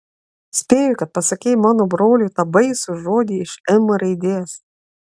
spėju kad pasakei mano broliui tą baisų žodį iš m raidės